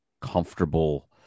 comfortable